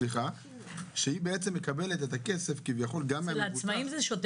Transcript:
סליחה, שהיא בעצם מקבלת את הכסף כביכול גם במזומן.